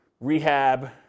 rehab